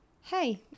hey